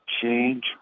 change